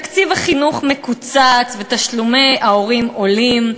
תקציב החינוך מקוצץ ותשלומי ההורים עולים,